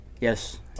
Yes